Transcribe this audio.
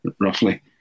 roughly